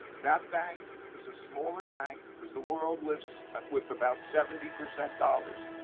that bank is a smaller bank, because the world lives with about seventy percent dollars,